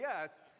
yes